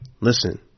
listen